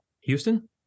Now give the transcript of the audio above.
Houston